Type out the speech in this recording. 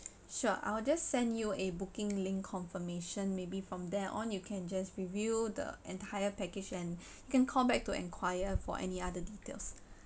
sure I will just send you a booking link confirmation maybe from there on you can just review the entire package and you can call back to enquire for any other details